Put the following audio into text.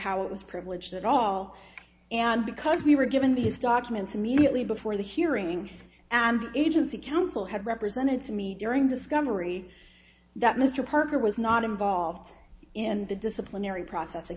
how it was which it all and because we were given these documents immediately before the hearing and agency counsel had represented to me during discovery that mr parker was not involved in the disciplinary process